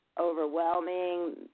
overwhelming